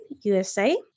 USA